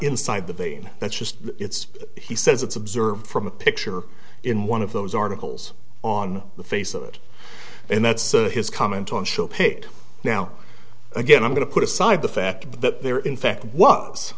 inside the vein that's just it's he says it's observed from a picture in one of those articles on the face of it and that search his comment on show pig now again i'm going to put aside the fact that there in fact was